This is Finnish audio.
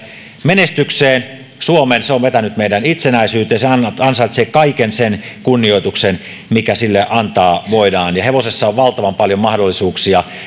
menestykseen suomen se on vetänyt meidät itsenäisyyteen se ansaitsee kaiken sen kunnioituksen mikä sille antaa voidaan hevosessa on valtavan paljon mahdollisuuksia